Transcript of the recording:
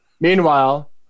Meanwhile